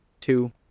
two